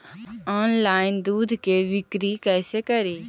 Online दुध के बिक्री कैसे करि?